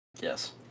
Yes